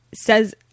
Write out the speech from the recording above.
says